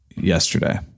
yesterday